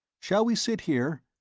shall we sit here?